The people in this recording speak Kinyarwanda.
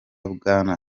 bwana